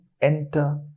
enter